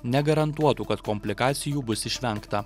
negarantuotų kad komplikacijų bus išvengta